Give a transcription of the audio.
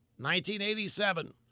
1987